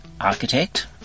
architect